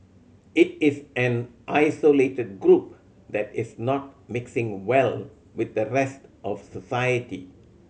it is an isolated group that is not mixing well with the rest of society